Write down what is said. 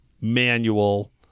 manual